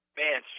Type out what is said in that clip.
man